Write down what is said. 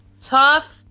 Tough